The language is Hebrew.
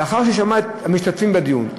לאחר ששמעה את המשתתפים בדיון,